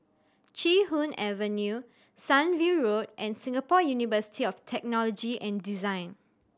Chee Hoon Avenue Sunview Road and Singapore University of Technology and Design